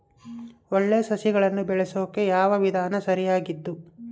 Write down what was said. ಒಳ್ಳೆ ಸಸಿಗಳನ್ನು ಬೆಳೆಸೊಕೆ ಯಾವ ವಿಧಾನ ಸರಿಯಾಗಿದ್ದು?